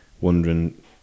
wondering